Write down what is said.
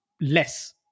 less